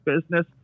business